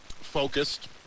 focused